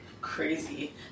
crazy